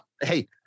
Hey